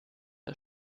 für